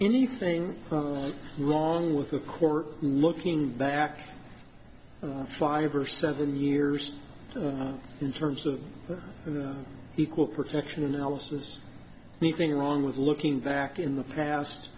anything wrong with of course looking back five or seven years in terms of equal protection analysis anything wrong with looking back in the past